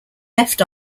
left